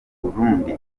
burundi